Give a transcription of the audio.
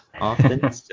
often